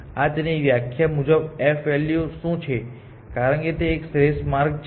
આ તેની વ્યાખ્યા મુજબ f વેલ્યુ શું છે કારણ કે તે એક શ્રેષ્ઠ માર્ગ છે